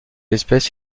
espèce